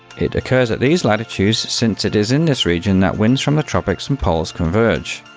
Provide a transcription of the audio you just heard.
it occurs at these latitudes, since it is in this region that winds from the tropics and poles converge.